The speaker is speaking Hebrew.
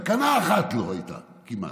תקנה אחת לא הייתה כמעט,